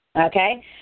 Okay